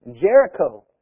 Jericho